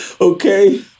okay